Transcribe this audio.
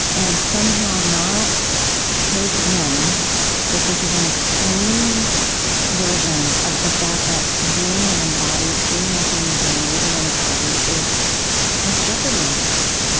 and somehow not take in that this is an extreme version of the fact that being an embodied being a human being, living in a body, has jeopardy involved